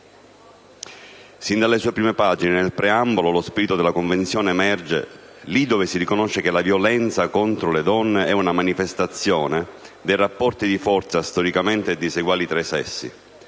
Sin dalle sue prime pagine, nel preambolo, emerge lo spirito della Convenzione, là dove si riconosce che «la violenza contro le donne è una manifestazione dei rapporti di forza storicamente diseguali tra i sessi,